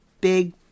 big